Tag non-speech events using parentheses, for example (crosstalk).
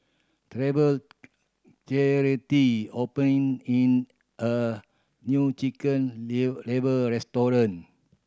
Treva (unintelligible) opened in a new chicken (unintelligible) liver restaurant